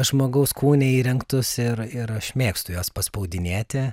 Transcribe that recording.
žmogaus kūne įrengtus ir ir aš mėgstu juos paspaudinėti